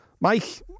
Mike